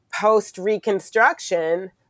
post-Reconstruction